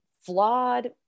flawed